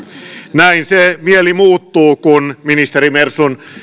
näin se mieli muuttuu kun ministerimersun